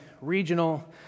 regional